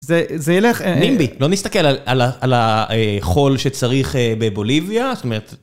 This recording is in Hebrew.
זה ילך... מימבי, לא נסתכל על החול שצריך בבוליביה? זאת אומרת